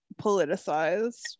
politicized